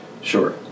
Sure